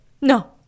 No